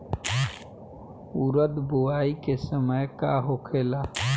उरद बुआई के समय का होखेला?